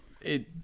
It-